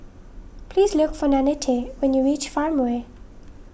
please look for Nannette when you reach Farmway